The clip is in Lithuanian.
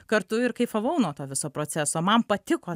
kartu ir kaifavau nuo to viso proceso man patiko